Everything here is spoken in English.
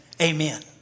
amen